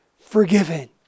forgiven